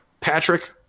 Patrick